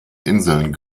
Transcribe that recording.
inseln